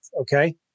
okay